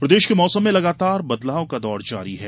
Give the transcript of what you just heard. मौसम प्रदेश के मौसम में लगातार बदलाव का दौर जारी है